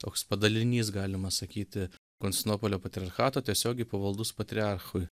toks padalinys galima sakyti konstantinopolio patriarchato tiesiogiai pavaldus patriarchui